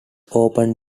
open